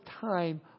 time